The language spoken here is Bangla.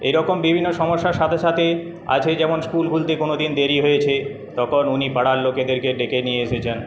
এইরকম বিভিন্ন সমস্যার সাথে সাথে আছে যেমন স্কুল খুলতে কোনওদিন দেরি হয়েছে তখন উনি পাড়ার লোকেদেরকে ডেকে নিয়ে এসেছেন